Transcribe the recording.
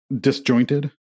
disjointed